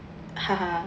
haha